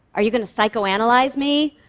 are you going to psychoanalyze me?